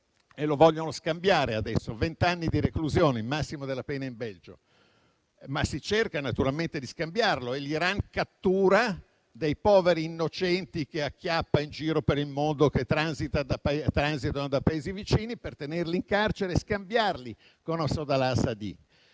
è stato condannato a vent'anni di reclusione, il massimo della pena in Belgio, ma si cerca naturalmente di scambiarlo e l'Iran cattura poveri innocenti, che acchiappa in giro per il mondo, che transitano dai Paesi vicini, per tenerli in carcere e scambiarli con Assadollah Assadi.